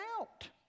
out